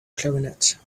clarinet